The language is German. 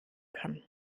kann